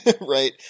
Right